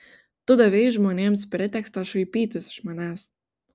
tu davei žmonėms pretekstą šaipytis iš manęs